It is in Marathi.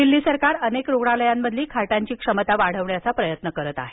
दिल्ली सरकार अनेक रुग्णालयांमधील खाटांची क्षमता वाढविण्याचा प्रयत्न करित आहे